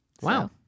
wow